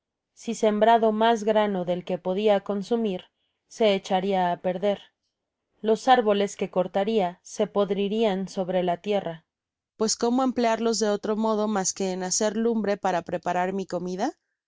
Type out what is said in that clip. si sembrado mas grano del que podia consumir se echaria á perder los árboles que cortaria se podririan sobre la tierra pues cómo emplearlos de otro modo mas que en hacer lumbre para preparar mi comida